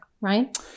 right